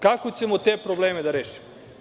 Kako ćemo te probleme da rešimo?